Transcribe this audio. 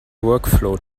workflow